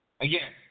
Again